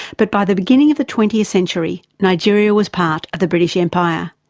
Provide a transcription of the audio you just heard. but by the beginning of the twentieth century, nigeria was part of the british empire.